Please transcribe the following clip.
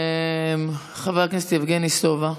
חבר הכנסת יבגני סובה.